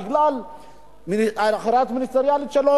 בגלל הכרעה מיניסטריאלית שלו,